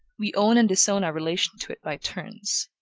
we own and disown our relation to it, by turns.